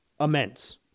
immense